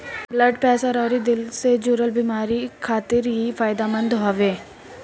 blood pressure अउरी दिल से जुड़ल बेमारी खातिर इ फायदेमंद हवे